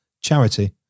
charity